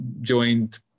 joined